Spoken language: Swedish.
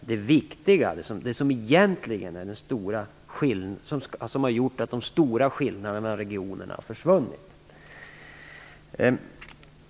dvs. det som har gjort att de stora skillnaderna mellan regionerna försvunnit.